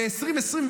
ב-2024,